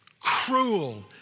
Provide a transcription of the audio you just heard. cruel